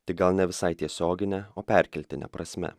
tik gal ne visai tiesiogine o perkeltine prasme